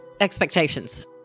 expectations